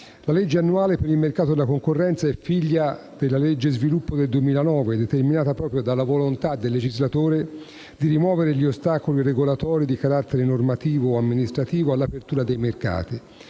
La legge annuale per il mercato e la concorrenza è figlia della legge sviluppo del 2009, determinata proprio dalla volontà del legislatore di rimuovere gli ostacoli regolatori, di carattere normativo o amministrativo, all'apertura dei mercati,